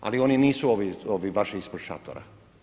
Ali oni nisu ovi vaši ispod šatora.